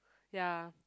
ya